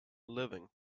living